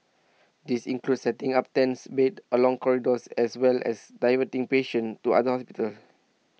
these include setting up tents beds along corridors as well as diverting patients to other hospitals